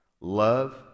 Love